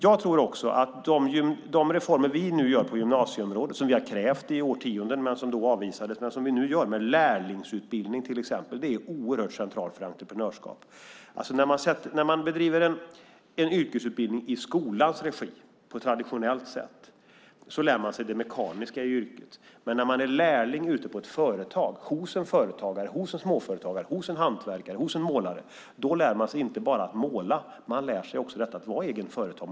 Jag tror också att de reformer som vi nu gör på gymnasieområdet och som vi har krävt i årtionden - men som tidigare avvisats - med till exempel lärlingsutbildning är oerhört centrala för entreprenörskapet. När man bedriver en yrkesutbildning i skolans regi på traditionellt sätt lär man sig det mekaniska i yrket. Men när man är lärling ute på ett företag, hos en företagare, en småföretagare, en hantverkare eller en målare lär man sig inte bara att måla. Man lär sig också detta att vara egen företagare.